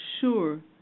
sure